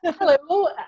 hello